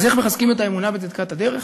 אז איך מחזקים את האמונה בצדקת הדרך?